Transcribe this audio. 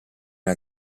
una